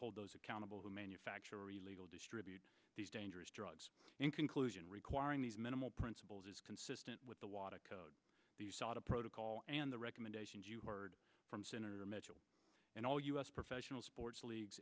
hold those accountable who manufacture really will distribute these dangerous drugs in conclusion requiring these minimal principles is consistent with the water code the sort of protocol and the recommendations you heard from senator mitchell and all us professional sports leagues